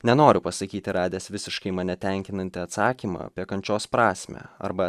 nenoriu pasakyti radęs visiškai mane tenkinantį atsakymą apie kančios prasmę arba